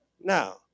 Now